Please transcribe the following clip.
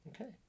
Okay